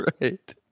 right